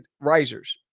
risers